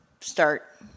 start